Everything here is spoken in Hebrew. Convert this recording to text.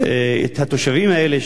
התושבים האלה,